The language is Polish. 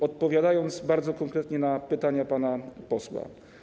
Odpowiadam bardzo konkretnie na pytania pana posła.